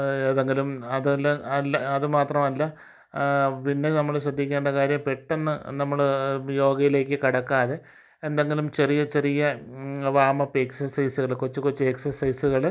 ഏതെങ്കിലും അത് എല്ലാ അല്ല അത് മാത്രമല്ല പിന്നെ നമ്മൾ ശ്രദ്ധിക്കേണ്ട കാര്യം പെട്ടെന്ന് നമ്മൾ യോഗയിലേക്ക് കടക്കാതെ എന്തെങ്കിലും ചെറിയ ചെറിയ വാമപ്പ് എക്സസൈസുകൾ കൊച്ചു കൊച്ചു എക്സസൈസുകൾ